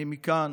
אני מכאן